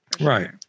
Right